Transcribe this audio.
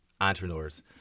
entrepreneurs